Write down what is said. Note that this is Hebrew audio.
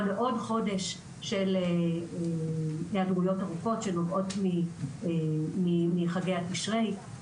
מעוד חודש של היעדרויות ארוכות שנובעות מחגי תשרי.